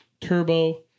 turbo